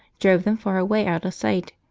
drove them far away out of sight,